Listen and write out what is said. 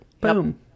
Boom